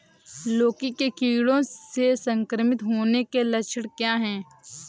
लौकी के कीड़ों से संक्रमित होने के लक्षण क्या हैं?